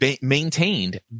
maintained